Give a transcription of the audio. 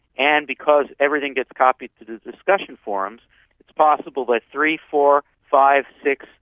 and because everything gets copied to the discussion forums it's possible that three, four, five, six,